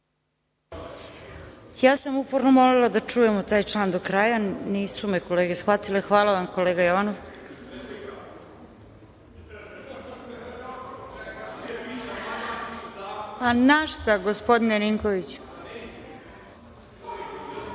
Ja sam uporno molila da čujemo taj član do kraja. Nisu me kolege shvatile. Hvala vam, kolega Jovanov.(Dragan Ninković: